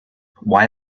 why